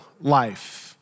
life